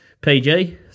PG